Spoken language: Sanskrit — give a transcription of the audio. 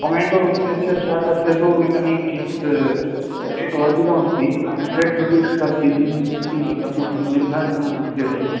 टोमेटो इत्यस्य शाकस्य तु इदानीं किञ्चित् रेट् वर्धितमस्ति हण्ड्रेड् रुपीस् पर् केजी इति अस्माभिः निर्धारितं विद्यते